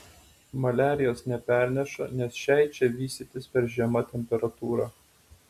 maliarijos neperneša nes šiai čia vystytis per žema temperatūra